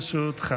בפריפריה),